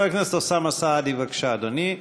חבר הכנסת אוסאמה סעדי, בבקשה, אדוני,